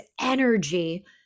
energy